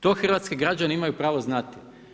To hrvatski građani imaju pravo znati.